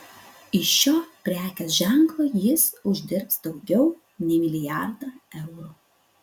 iš šio prekės ženklo jis uždirbs daugiau nei milijardą eurų